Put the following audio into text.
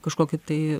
kažkokį tai